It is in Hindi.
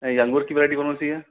ये अँगूर की वेरायटी कौन कौन सी है